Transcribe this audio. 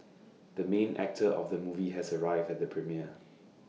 the main actor of the movie has arrived at the premiere